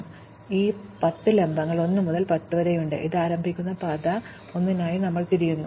അതിനാൽ ഈ 10 ലംബങ്ങൾ 1 മുതൽ 10 വരെ ഉണ്ട് അത് ആരംഭിക്കുന്ന പാത 1 നായി ഞങ്ങൾ തിരയുന്നു